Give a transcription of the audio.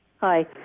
Hi